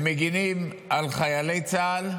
מגינים על חיילי צה"ל,